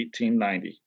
1890